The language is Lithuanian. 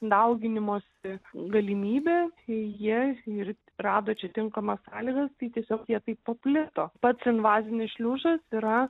dauginimosi galimybę jie ir rado čia tinkamas sąlygas tai tiesiog jie taip paplito pats invazinis šliužas yra